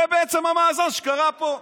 זה בעצם המאזן שקרה פה.